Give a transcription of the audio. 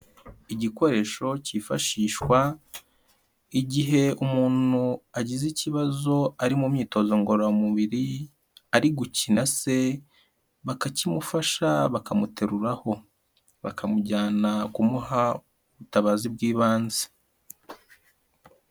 Igikoresho cyifashishwa igihe umuntu agize ikibazo ari mu myitozo ngororamubiri ari gukina se bakakimufasha bakamuteruraho, bakamujyana kumuha ubutabazi bw'ibanze.